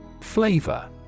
Flavor